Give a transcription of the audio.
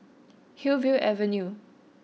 Hillview Avenue